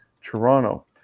Toronto